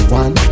one